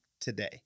today